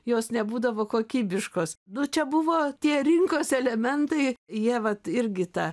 jos nebūdavo kokybiškos nu čia buvo tie rinkos elementai jie vat irgi tą